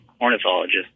ornithologist